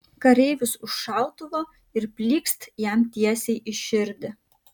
kareivis už šautuvo ir plykst jam tiesiai į širdį